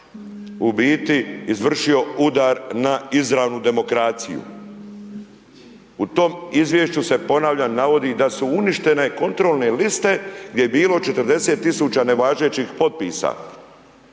u biti izvršio udar na izravnu demokraciju. U tom izvješću se ponavljam, navodi da su uništene kontrolne liste gdje je bilo 40 000 nevažećih potpisa